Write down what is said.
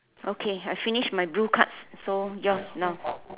okay I finish my blue card so yours now